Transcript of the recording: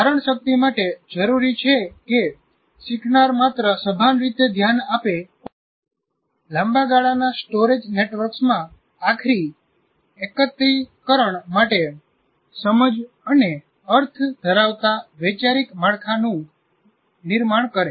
ધારણશક્તિ માટે જરૂરી છે કે શીખનાર માત્ર સભાન રીતે ધ્યાન આપે પણ લાંબા ગાળાના સ્ટોરેજ નેટવર્ક્સમાં આખરી એકત્રીકરણ માટે સમજ અને અર્થ ધરાવતા વૈચારિક માળખાનું નિર્માણ કરે